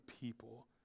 people